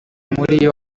muri